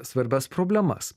svarbias problemas